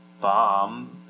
bomb